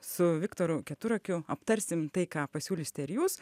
su viktoru keturakiu aptarsim tai ką pasiūlysite ir jūs